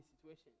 situation